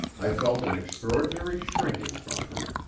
i felt an extraordinary shrinking from her.